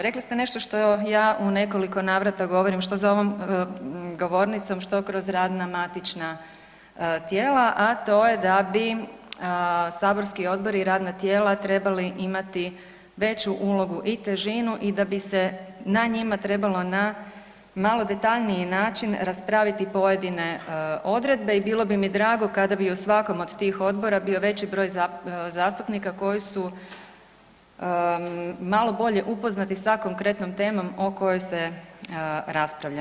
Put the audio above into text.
Rekli ste nešto što ja u nekoliko navrata govorim, što za ovom govornicom, što kroz radna matična tijela, a to je da bi saborski odbori i radna tijela trebali imati veću ulogu i težinu i da bi se na njima trebalo na malo detaljniji način raspraviti pojedine odredbe i bilo bi mi drago kada bi o svakom od tih odbora bio veći broj zastupnika koji su malo bolje upoznati sa konkretnom temom o kojoj se raspravlja.